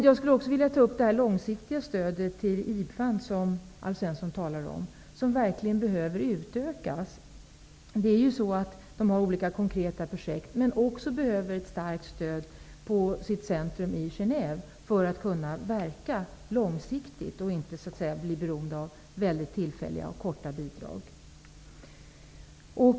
Jag skulle också vilja ta upp det långsiktiga stödet till IBFAN, som Alf Svensson talade om. Det behöver verkligen utökas. IBFAN har olika konkreta projekt, men man behöver också starkt stöd på sitt centrum i Genève för att kunna verka långsiktigt och inte bli beroende av väldigt tillfälliga bidrag.